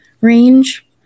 range